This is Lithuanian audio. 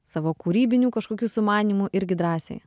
savo kūrybinių kažkokių sumanymų irgi drąsiai